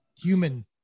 human